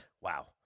wow